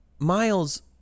Miles